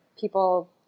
people